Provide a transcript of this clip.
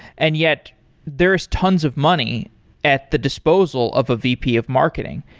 and yet there's tons of money at the disposal of a vp of marketing.